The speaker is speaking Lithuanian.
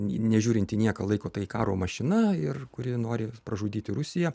nežiūrint į nieką laiko tai karo mašina ir kuri nori pražudyti rusiją